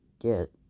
get